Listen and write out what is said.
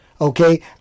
okay